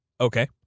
Okay